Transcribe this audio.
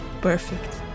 perfect